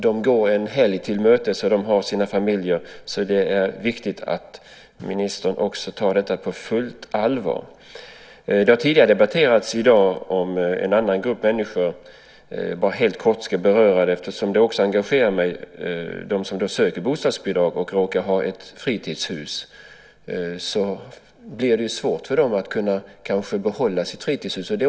De går en helg till mötes och har sina familjer, så det är viktigt att ministern också tar detta på fullt allvar. Tidigare i dag har här diskuterats en annan grupp av människor. Jag ska helt kort beröra den saken eftersom den också engagerar mig. Det gäller dem som söker bostadsbidrag och som råkar ha ett fritidshus. Det blir kanske svårt för dem att behålla sitt fritidshus.